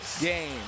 game